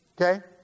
Okay